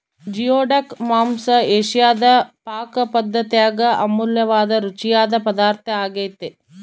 geoduck ಮಾಂಸ ಏಷಿಯಾದ ಪಾಕಪದ್ದತ್ಯಾಗ ಅಮೂಲ್ಯವಾದ ರುಚಿಯಾದ ಪದಾರ್ಥ ಆಗ್ಯೆತೆ